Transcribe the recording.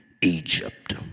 Egypt